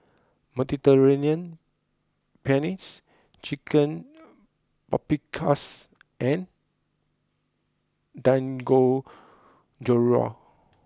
Mediterranean Pennes Chicken Paprikas and Dangojiru